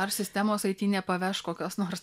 ar sistemos it nepaveš kokios nors